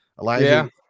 elijah